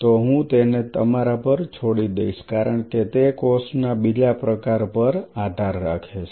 તો હું તેને તમારા પર છોડી દઈશ કારણ કે તે કોષ ના બીજા પ્રકાર પર આધાર રાખે છે